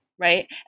right